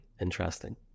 Interesting